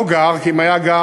לא גר, כי אם הוא היה גר,